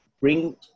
bring